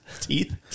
Teeth